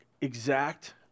exact